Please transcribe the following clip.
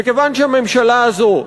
וכיוון שהממשלה הזאת,